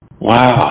Wow